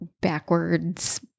backwards